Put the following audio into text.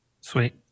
Sweet